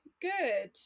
good